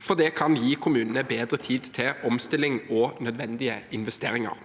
for det kan gi kommunene bedre tid til omstilling og nødvendige investeringer.